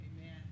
Amen